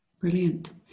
Brilliant